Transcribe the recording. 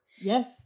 Yes